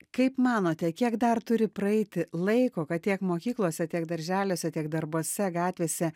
kaip manote kiek dar turi praeiti laiko kad tiek mokyklose tiek darželiuose tiek darbuose gatvėse